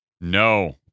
No